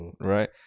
right